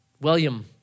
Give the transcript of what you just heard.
William